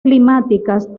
climáticas